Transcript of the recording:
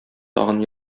тагын